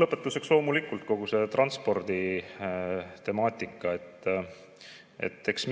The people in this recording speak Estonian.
Lõpetuseks loomulikult kogu transporditemaatika.